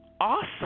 awesome